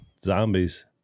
Zombies